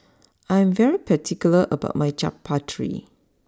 I am particular about my Chaat Papri